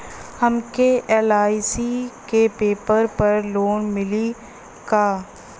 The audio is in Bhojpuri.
हमके एल.आई.सी के पेपर पर लोन मिली का?